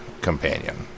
companion